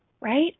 Right